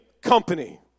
company